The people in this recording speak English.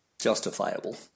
justifiable